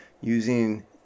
using